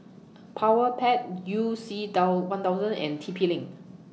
Powerpac YOU C one thousand and T P LINK